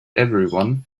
everyone